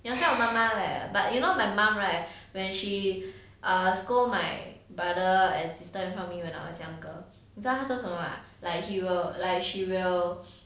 你很像我妈妈 leh but you know my mum right when she err scold my brother and sister in front of me when I was younger 你知道她会做什么吗 ah like he will like she will